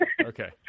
Okay